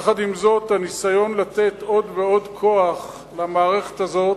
עם זאת, הניסיון לתת עוד ועוד כוח למערכת הזאת,